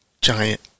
giant